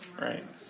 right